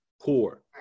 core